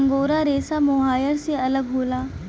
angora रेसा mohair से अलग होला